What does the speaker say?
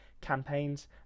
campaigns